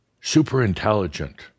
super-intelligent